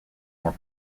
more